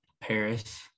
Paris